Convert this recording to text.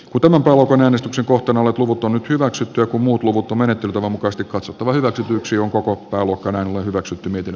kuten rauhan äänestyksen kohteena ovat luvut on hyväksytty kun muut luvuton menettelytavan mukaista katsottava hyväksytyksi on koko alkaneen jo hyväksytty miten